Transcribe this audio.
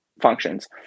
functions